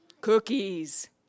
Cookies